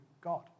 God